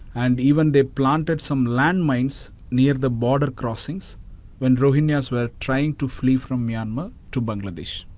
and even they planted some landmines near the border crossings when rohingyas were trying to flee from myanmar to bangladesh.